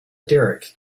derek